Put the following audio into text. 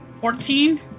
Fourteen